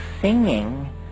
singing